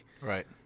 Right